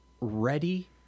ready